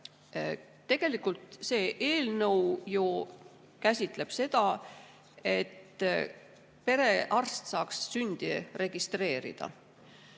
Tegelikult see eelnõu ju käsitleb seda, et perearst saaks sündi registreerida.